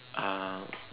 uh